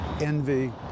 envy